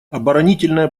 оборонительная